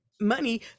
money